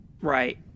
Right